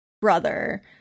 brother